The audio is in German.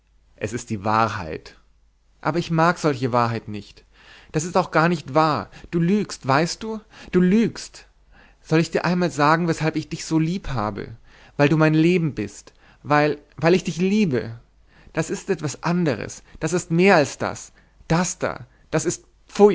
es ist die wahrheit aber ich mag solche wahrheit nicht das ist auch garnicht wahr du lügst weißt du du lügst soll ich dir einmal sagen weshalb ich dich so lieb habe weil du mein leben bist weil weil ich dich liebe das ist etwas anderes das ist mehr als das das da das ist